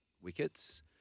wickets